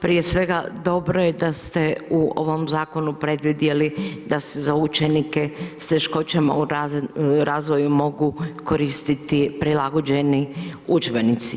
Prije svega, dobro je da ste u ovom zakonu predvidjeli da se za učenike sa teškoćama u razvoju mogu koristiti prilagođeni udžbenici.